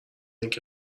اینکه